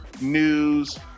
news